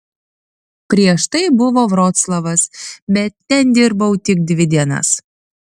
prieš tai buvo vroclavas bet ten dirbau tik dvi dienas